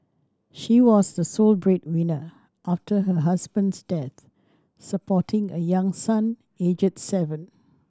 she was the sole breadwinner after her husband's death supporting a young son aged seven